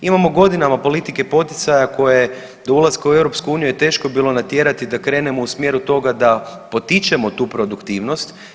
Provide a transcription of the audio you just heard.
Imamo godinama politike poticaja koje do ulaska u EU je teško bilo natjerati da krenemo u smjeru toga da potičemo tu produktivnost.